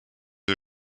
der